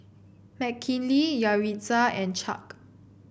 Mckinley Yaritza and Chuck